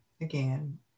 again